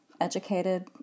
educated